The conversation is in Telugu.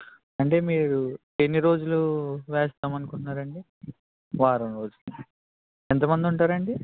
అంటే మీరు ఎన్ని రోజులు వేస్తాం అనుకుంటున్నారు అండి వారం రోజులు ఎంతమంది ఉంటారండి